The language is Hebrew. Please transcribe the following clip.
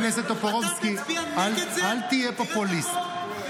חבר הכנסת טופורובסקי, אל תהיה פופוליסט.